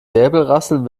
säbelrasseln